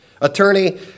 Attorney